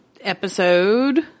episode